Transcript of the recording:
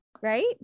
right